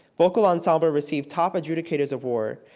vocal ensemble received top adjudicators award,